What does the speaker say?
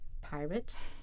pirates